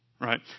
right